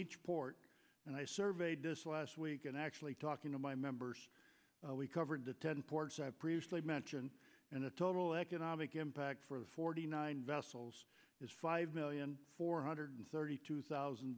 each port and i surveyed this last week and actually talking to my members we covered the ten ports i previously mentioned and the total economic impact for the forty nine vessels is five million four hundred thirty two thousand